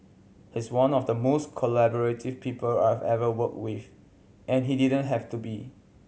he's one of the most collaborative people I've ever worked with and he didn't have to be